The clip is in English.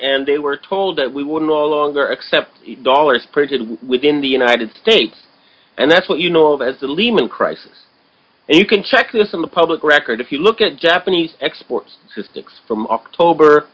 and they were told that we would no longer accept dollars printed within the united states and that's what you know of as the lehman crisis and you can check this in the public record if you look at japanese exports to six from october